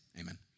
amen